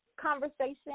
conversation